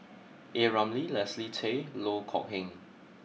A Ramli Leslie Tay and Loh Kok Heng